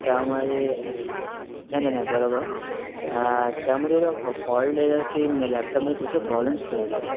त्यामदे नाई नाई नाई बरोबर त्यामदे फॉल्ड येतात की लॅपटॉपमध्ये पुष्क प्रॉब्लेम्स क्रिएट झालेत